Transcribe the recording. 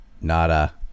Nada